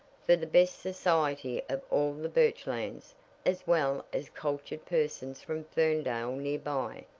for the best society of all the birchlands, as well as cultured persons from ferndale near by,